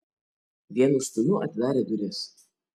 vienu stūmiu atidarė duris